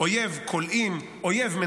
אויב כולאים,